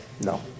No